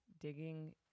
digging